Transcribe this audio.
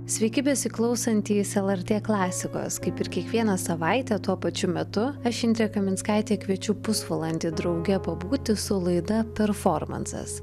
sveiki besiklausantys lrt klasikos kaip ir kiekvieną savaitę tuo pačiu metu aš indrė kaminskaitė kviečiu pusvalandį drauge pabūti su laida performansas